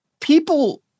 people